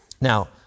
Now